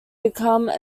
become